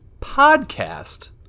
podcast